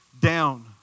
down